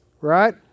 right